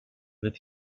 with